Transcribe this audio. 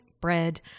bread